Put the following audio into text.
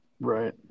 Right